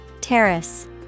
Terrace